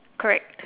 correct